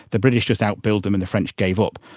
the british just out-built them and the french gave up.